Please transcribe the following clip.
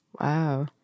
Wow